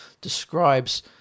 describes